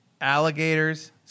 Alligators